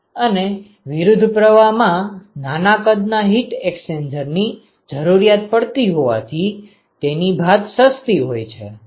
અને વિરુદ્ધ પ્રવાહમાં નાના કદના હીટ એક્સ્ચેન્જરની જરૂરિયાત પડતી હોવાથી તેની ભાત સસ્તી હોય છે